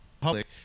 public